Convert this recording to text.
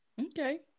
Okay